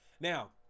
Now